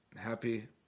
happy